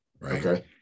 right